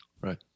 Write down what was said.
Right